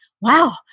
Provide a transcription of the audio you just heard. wow